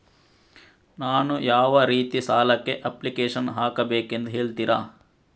ನಾನು ಯಾವ ರೀತಿ ಸಾಲಕ್ಕೆ ಅಪ್ಲಿಕೇಶನ್ ಹಾಕಬೇಕೆಂದು ಹೇಳ್ತಿರಾ?